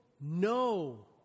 no